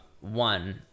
one